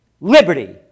liberty